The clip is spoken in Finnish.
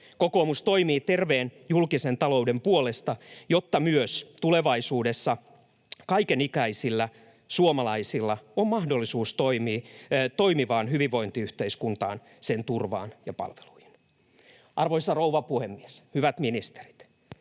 Kokoomus toimii terveen julkisen talouden puolesta, jotta myös tulevaisuudessa kaikenikäisillä suomalaisilla on mahdollisuus toimivaan hyvinvointiyhteiskuntaan, sen turvaan ja palveluihin. Arvoisa rouva puhemies! Hyvät ministerit,